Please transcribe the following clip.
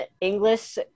English